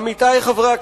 עמיתי חברי הכנסת,